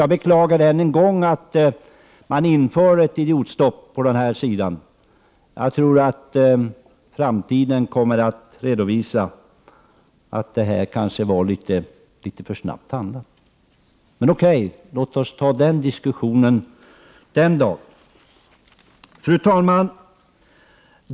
Jag beklagar än en gång att man inför ett idiotstopp på den här sidan. Jag tror att framtiden kommer att visa att det kanske var litet för snabbt handlat. Men, okej, låt oss ta den diskussionen den dagen! Fru talman!